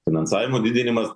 finansavimo didinimas